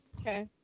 Okay